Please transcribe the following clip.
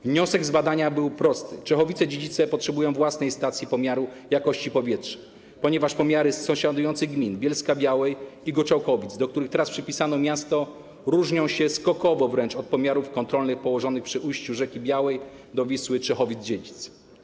Wniosek z badania był prosty: Czechowice-Dziedzice potrzebują własnej stacji pomiaru jakości powietrza, ponieważ pomiary z sąsiadujących gmin: Bielska-Białej i Goczałkowic, do których teraz przypisano miasto, różnią się skokowo wręcz od pomiarów kontrolnych położonych przy ujściu rzeki Białej do Wisły, Czechowic-Dziedzic.